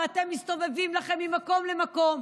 ואתם מסתובבים לכם ממקום למקום,